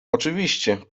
oczywiście